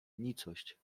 nicość